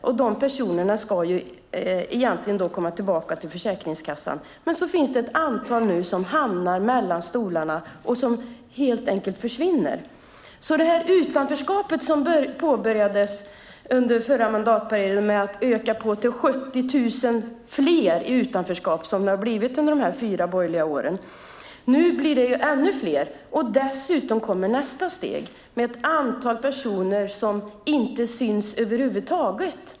Dessa personer ska då tillbaka till Försäkringskassan. Men det finns ett antal som hamnar mellan stolarna och försvinner. Under förra mandatperiodens borgerliga styre ökade utanförskapet med 70 000 personer. Nu blir de ännu fler. Till detta kommer nästa steg med ett antal personer som inte syns över huvud taget.